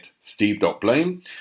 steve.blame